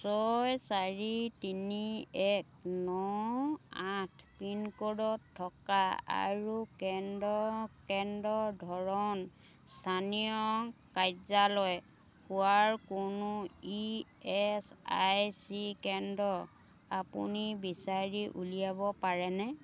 ছয় চাৰি তিনি এক ন আঠ পিনক'ৰ্ডত থকা আৰু কেন্দ্ৰৰ কেন্দ্ৰৰ ধৰণ স্থানীয় কাৰ্যালয় হোৱাৰ কোনো ই এচ আই চি কেন্দ্ৰ আপুনি বিচাৰি উলিয়াব পাৰেনে